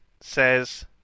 says